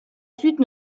suite